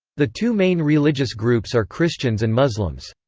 the two main religious groups are christians and muslims.